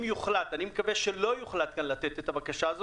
אני מקווה שלא יוחלט לתת כאן את הבקשה הזאת,